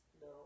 No